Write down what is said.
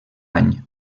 any